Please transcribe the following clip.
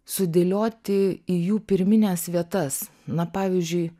sudėlioti į jų pirmines vietas na pavyzdžiui